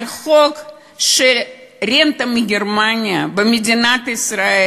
על חוק של רנטה מגרמניה במדינת ישראל.